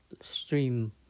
stream